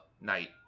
night